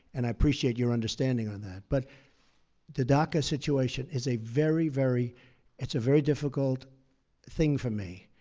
and i appreciate your understanding on that. but the daca situation is a very, very it's a very difficult thing for me.